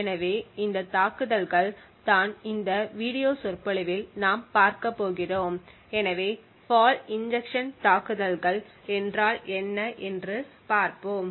எனவே இந்த தாக்குதல்கள் தான் இந்த வீடியோ சொற்பொழிவில் நாம் பார்க்கப்போகிறோம் எனவே ஃபால்ட் இன்ஜெக்ஷன் தாக்குதல்கள் என்றால் என்ன என்று பார்ப்போம்